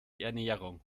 ernährung